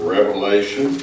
Revelation